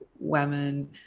women